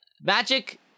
magic